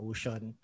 Ocean